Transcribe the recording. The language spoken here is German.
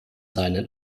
seinen